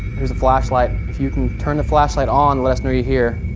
there's a flashlight, if you can turn the flashlight on, let us know you're here,